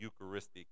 Eucharistic